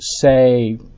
say